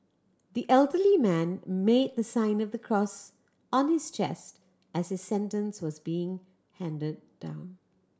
the elderly man made the sign of the cross on his chest as his sentence was being handed down